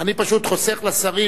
אני פשוט חוסך לשרים,